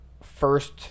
first